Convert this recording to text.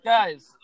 Guys